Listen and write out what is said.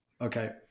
Okay